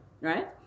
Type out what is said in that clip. right